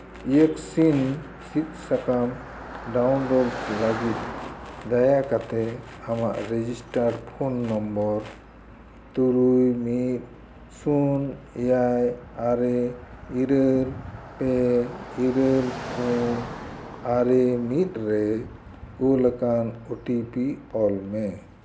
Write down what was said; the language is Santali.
ᱤᱭᱮᱠᱥᱤᱱ ᱥᱤᱫᱽ ᱥᱟᱠᱟᱢ ᱰᱟᱣᱩᱱᱞᱳᱰ ᱞᱟᱹᱜᱤᱫ ᱫᱟᱭᱟ ᱠᱟᱛᱮᱫ ᱟᱢᱟᱜ ᱨᱮᱡᱤᱥᱴᱟᱨ ᱯᱷᱳᱱ ᱱᱟᱢᱵᱟᱨ ᱛᱩᱨᱩᱭ ᱢᱤᱫ ᱥᱩᱱ ᱮᱭᱟᱭ ᱟᱨᱮ ᱤᱨᱟᱹᱞ ᱯᱮ ᱤᱨᱟᱹᱞ ᱯᱩᱱ ᱟᱨᱮ ᱢᱤᱫ ᱨᱮ ᱠᱩᱞ ᱟᱠᱟᱱ ᱳᱴᱤᱯᱤ ᱚᱞ ᱢᱮ